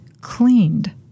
cleaned